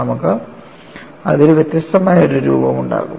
നമുക്ക് അതിൽ വ്യത്യസ്തമായ ഒരു രൂപം ഉണ്ടാകും